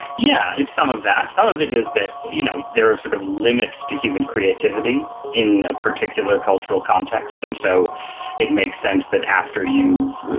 yeah, it's some of that. some of it is that you know there are sort of limits to human creativity in a particular cultural context, and so it makes sense that after you've,